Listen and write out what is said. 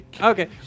Okay